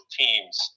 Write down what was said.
teams